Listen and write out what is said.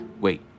wait